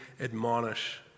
admonish